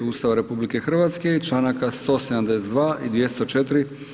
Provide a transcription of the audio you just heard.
Ustava RH i članaka 172. i 204.